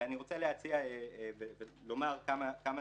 אני רוצה להציע ולומר כמה